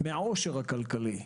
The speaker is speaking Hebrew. מן העושר הכלכלי,